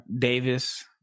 Davis